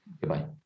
goodbye